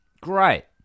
Great